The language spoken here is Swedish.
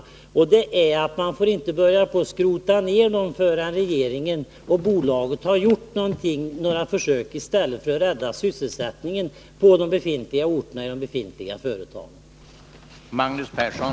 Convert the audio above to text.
Det förslaget går ut på att man inte får börja skrota ned förrän regeringen och bolaget har gjort försök att rädda sysselsättningen på de här orterna och i de här företagen.